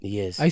Yes